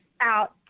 out